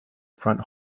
front